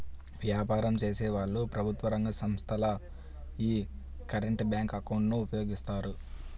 వ్యాపారం చేసేవాళ్ళు, ప్రభుత్వ రంగ సంస్ధలు యీ కరెంట్ బ్యేంకు అకౌంట్ ను ఉపయోగిస్తాయి